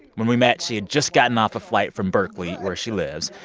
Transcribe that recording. when we met, she had just gotten off a flight from berkeley, where she lives.